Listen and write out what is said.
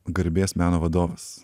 garbės meno vadovas